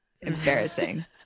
embarrassing